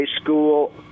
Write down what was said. school